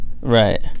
Right